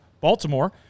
Baltimore